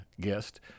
guest